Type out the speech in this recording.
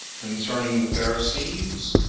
concerning the pharisees,